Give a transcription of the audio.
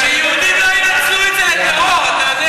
אתה יודע